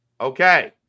Okay